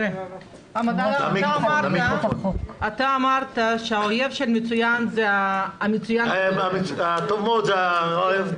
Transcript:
אתה אמרת שהאויב של הטוב מאוד זה המצוין.